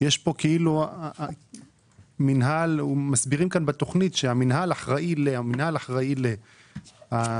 יש פה מינהל ומסבירים כאן בתוכנית שהמינהל אחראי לכך והמינהל אחראי לכך,